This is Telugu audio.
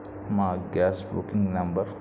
మా గ్యాస్ బుకింగ్ నంబర్